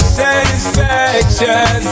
satisfaction